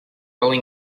really